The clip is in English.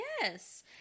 yes